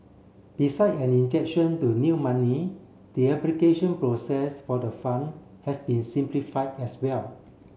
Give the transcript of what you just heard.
beside an injection to new money the application process for the fund has been simplified as well